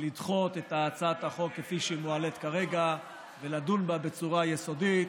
מלדחות את הצעת החוק כפי שהיא מועלית כרגע ולדון בה בצורה יסודית,